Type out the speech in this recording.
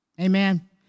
Amen